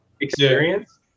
experience